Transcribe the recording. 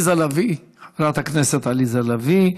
חברת הכנסת עליזה לביא.